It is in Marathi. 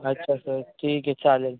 अच्छा सर ठीक आहे चालेल